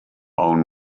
own